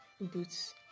Boots